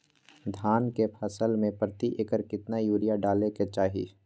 धान के फसल में प्रति एकड़ कितना यूरिया डाले के चाहि?